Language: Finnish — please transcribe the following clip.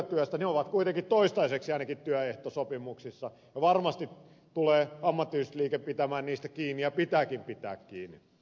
ne ovat kuitenkin toistaiseksi ainakin työehtosopimuksissa ja varmasti tulee ammattiyhdistysliike pitämään niistä kiinni ja pitääkin pitää kiinni